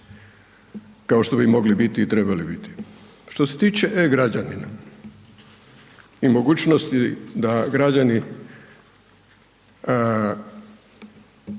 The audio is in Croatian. kao što bi mogli i trebali biti. Što se tiče e-Građana i mogućnost da građani,